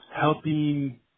helping